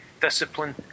discipline